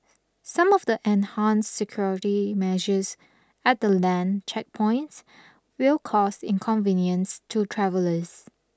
some of the enhanced security measures at the land checkpoints will cause inconvenience to travellers